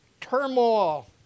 turmoil